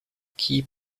key